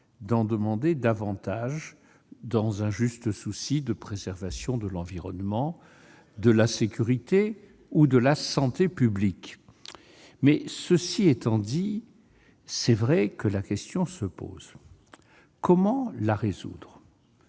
d'en demander davantage le matin, dans un juste souci de préservation de l'environnement, de sécurité ou de santé publique. C'est vrai ! Cela étant dit, il est vrai que la question se pose. Comment y répondre ?